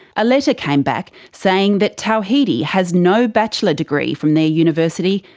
a letter came back, saying that tawhidi has no bachelor degree from their university,